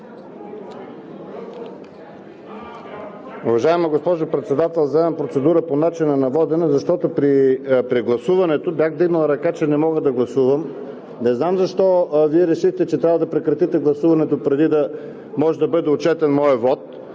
Уважаема госпожо Председател, вземам процедура по начина на водене, защото при прегласуването бях вдигнал ръка, че не мога да гласувам. Не знам защо Вие решихте, че трябва да прекратите гласуването, преди да може да бъде отчетен моят вот.